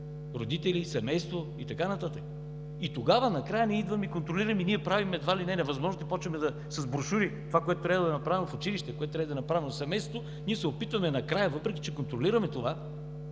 родители, семейство и така нататък? И накрая ние идваме и контролираме, правим едва ли не невъзможното и започваме с брошури, това, което трябва да е направено в училище, което трябва да е направено в семейството, ние се опитваме накрая, въпреки че контролираме това,